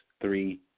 three